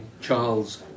Charles